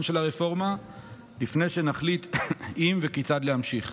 של הרפורמה לפני שנחליט אם וכיצד להמשיך.